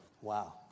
Wow